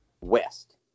West